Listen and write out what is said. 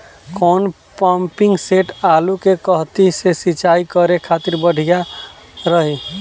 कौन pumping set आलू के कहती मे सिचाई करे खातिर बढ़िया रही?